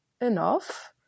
enough